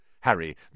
Harry